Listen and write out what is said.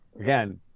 again